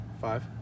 Five